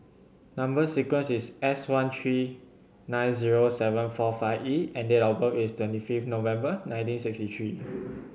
number sequence is S one three nine zero seven four five E and date of birth is twenty fifth November nineteen sixty three